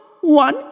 one